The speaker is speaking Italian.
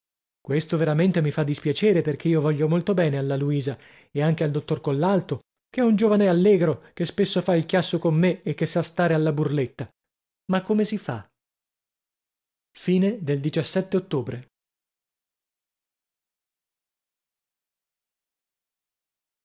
questo veramente mi fa dispiacere perché io voglio molto bene alla luisa e anche al dottor collalto che è un giovane allegro che spesso fa il chiasso con me e che sa stare alla burletta ma come si fa ottobre